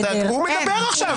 הוא מדבר עכשיו.